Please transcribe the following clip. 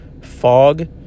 fog